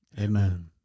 Amen